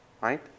Right